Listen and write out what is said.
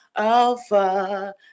Alpha